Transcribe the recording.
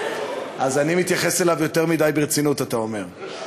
אז אני מתייחס אליו יותר מדי ברצינות, אתה אומר.